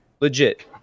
legit